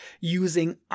using